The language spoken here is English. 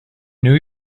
new